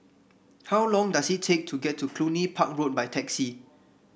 how long does it take to get to Cluny Park Road by taxi